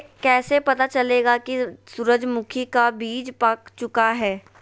कैसे पता चलेगा की सूरजमुखी का बिज पाक चूका है?